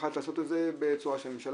לקחת ולעשות את זה באמצעות הממשלה,